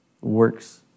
works